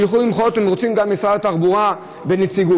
שילכו למחות, אם רוצים, גם למשרד התחבורה בנציגות.